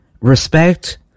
respect